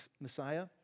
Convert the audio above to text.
Messiah